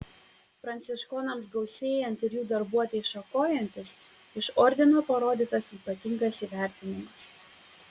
pranciškonams gausėjant ir jų darbuotei šakojantis iš ordino parodytas ypatingas įvertinimas